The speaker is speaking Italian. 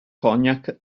cognac